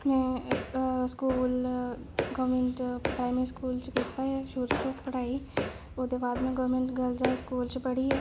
में school government primary school च कीती ऐ शुरू च पढ़ाई ते ओह्दे बाद में गौरमेंट गर्ल्स हाई स्कूल च पढ़ी ऐ